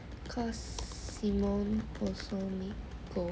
cause simone also need go home